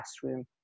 classroom